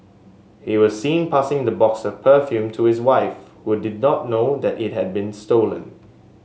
he was seen passing the box of perfume to his wife who did not know that it had been stolen